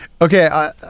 okay